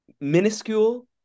minuscule